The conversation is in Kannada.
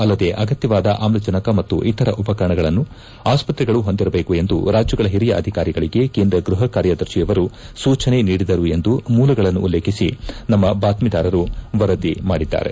ಅಲ್ಲದೆ ಅಗತ್ಯವಾದ ಆಮ್ಲಜನಕ ಮತ್ತು ಇತರ ಉಪಕರಣಗಳನ್ನು ಆಸ್ಪತ್ರೆಗಳು ಪೊಂದಿರಬೇಕು ಎಂದು ರಾಜ್ಯಗಳ ಓರಿಯ ಅಧಿಕಾರಿಗಳಿಗೆ ಕೇಂದ್ರ ಗ್ಬಪ ಕಾರ್ಯದರ್ಶಿಯವರು ಸೂಚನೆ ನೀಡಿದರು ಎಂದು ಮೂಲಗಳನ್ನುಲ್ಲೇಖಿಸಿ ನಮ್ಮ ಬಾತ್ತೀದಾರರು ವರದಿ ಮಾಡಿದ್ಲಾರೆ